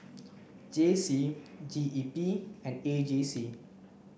J C G E P and A J C